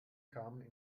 kamen